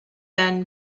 then